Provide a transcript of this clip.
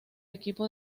equipo